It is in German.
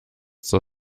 zur